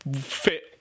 fit